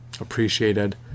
appreciated